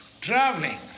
traveling